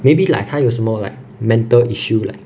maybe like 他有什么 like mental issue like